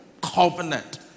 covenant